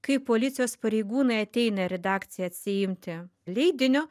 kai policijos pareigūnai ateina ir į redakciją atsiimti leidinio